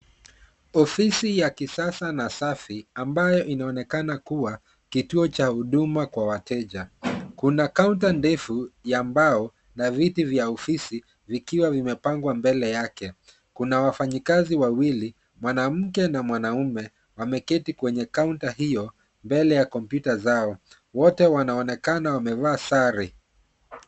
Ofisi ya kisasa na safi ambayo inaonekana kuwa kituo cha huduma kwa wateja. Kuna kaunta ndefu ya mbao na viti vya ofisi vikiwa vimepangwa mbele yake. Kuna wafanyakazi wawili ,mwanamke na mwanamume wameketi kwenye kaunta hiyo mbele ya kompyuta zao. Wote wanaonekana wamevaa sare.